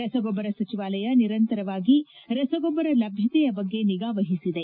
ರಸಗೊಬ್ಬರ ಸಚಿವಾಲಯ ನಿರಂತರವಾಗಿ ರಸಗೊಬ್ಬರ ಲಭ್ಯತೆಯ ಬಗ್ಗೆ ನಿಗಾ ವಹಿಸಿದೆ